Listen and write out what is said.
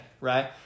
right